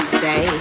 say